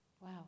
Wow